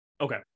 Okay